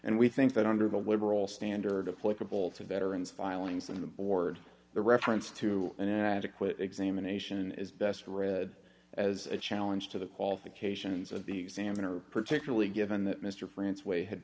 and we think that under the liberal standard of portable to veterans filings in the board the reference to an adequate examination is best read as a challenge to the qualifications of the examiner particularly given that mr france we had